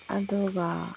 ꯑꯗꯨꯒ